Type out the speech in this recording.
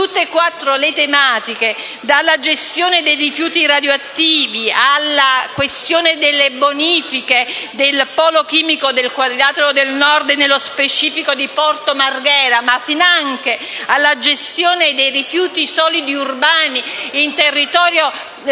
tutte e quattro le tematiche, dalla gestione dei rifiuti radioattivi alla questione delle bonifiche del polo chimico del quadrilatero del Nord (e nello specifico di Porto Marghera), ma finanche alla gestione dei rifiuti solidi urbani in territorio